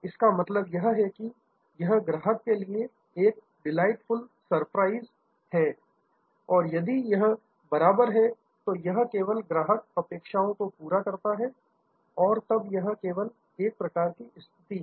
इसका मतलब यह है कि यह ग्राहक के लिए एक डिलाइटफुल सरप्राइज़ सुखद आश्चर्य है यदि यह बराबर है तो यह केवल अपेक्षाओं को पूरा करता है और तब यह केवल एक प्रकार की स्थिति है